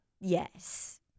Yes